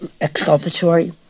exculpatory